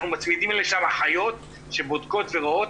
אנחנו מצמידים לשם אחיות שבודקות ורואות,